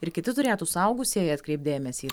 ir kiti turėtų suaugusieji atkreipt dėmesį